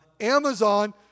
Amazon